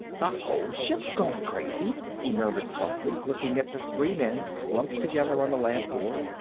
the whole ship's gone crazy, he murmured softly, looking at the three men slumped together on the lab floor.